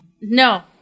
No